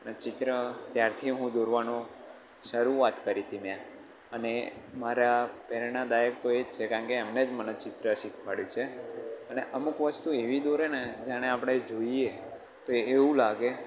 ને ચિત્ર ત્યારથી હું દોરવાનો શરૂઆત કરી હતી મેં અને મારા પ્રેરણાદાયક તો એ જ છે કારણ કે એમણે મને ચિત્ર શીખવાડ્યું છે ને અમુક વસ્તુ એવી દોરે ને જાણે આપણે જોઈએ તો એવું લાગે